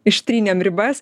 ištrynėm ribas